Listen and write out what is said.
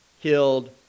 killed